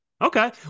Okay